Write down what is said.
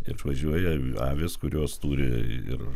išvažiuoja avys kurios turi ir